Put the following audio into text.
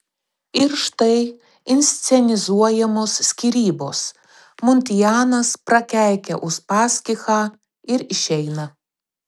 ir štai inscenizuojamos skyrybos muntianas prakeikia uspaskichą ir išeina